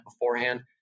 beforehand